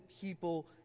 people